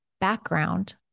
background